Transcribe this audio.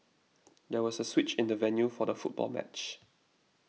there was a switch in the venue for the football match